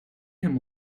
him